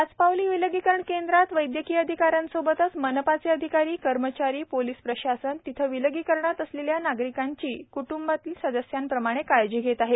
पाचपावली विलगीकरण केंद्रात वव्वयकीय अधिकाऱ्यांसोबतच मनपाचे अधिकारी कर्मचारी पोलिस प्रशासन तेथे विलगीकरणात असलेल्या नागरिकांची कृटंबातील सदस्यांप्रमाणे काळजी घेत आहे